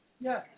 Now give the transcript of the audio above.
yes